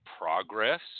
progress